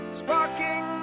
sparking